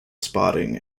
spotting